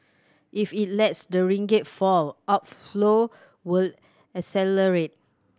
if it lets the ringgit fall outflow will